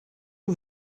que